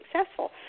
successful